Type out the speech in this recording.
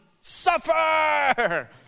suffer